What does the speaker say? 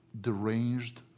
deranged